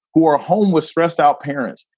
who are homeless, stressed out parents,